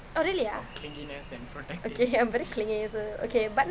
oh really ah okay I'm very clingy also okay but